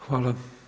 Hvala.